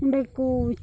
ᱚᱸᱰᱮ ᱠᱚᱭ